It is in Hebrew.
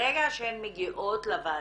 ברגע שהן מגיעות לוועדות,